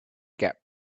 get